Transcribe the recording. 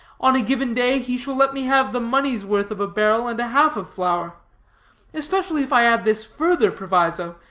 on a given day, he shall let me have the money's worth of a barrel and a half of flour especially if i add this further proviso,